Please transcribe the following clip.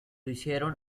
hicieron